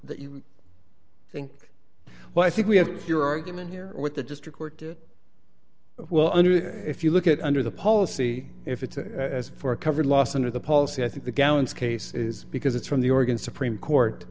that you think well i think we have your argument here with the district court well underway if you look at under the policy if it's for a covered loss under the policy i think the gallants case is because it's from the oregon supreme court